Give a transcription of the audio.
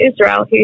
Israel